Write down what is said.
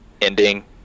ending